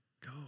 Go